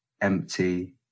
empty